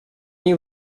you